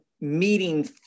meeting